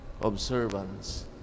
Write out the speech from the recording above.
observance